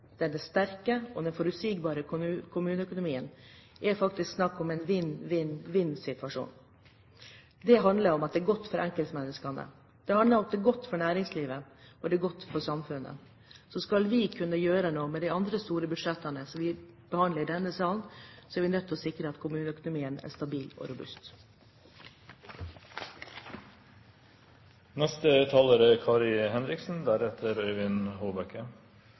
og forutsigbar kommuneøkonomi er en vinn-vinn-situasjon. Det handler om at det er godt for enkeltmennesket, godt for næringslivet og godt for samfunnet. Skal vi kunne gjøre noe med de andre store budsjettene vi behandler i denne salen, er vi nødt til å sikre at kommuneøkonomien er stabil og robust. De talere som heretter får ordet, har en taletid på inntil 3 minutter. «Kommune» er